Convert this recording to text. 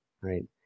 right